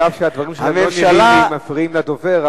אף שהדברים לא מפריעים לדובר,